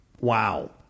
Wow